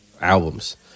albums